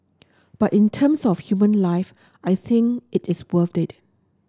but in terms of human life I think it is worth it